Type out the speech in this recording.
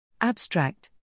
Abstract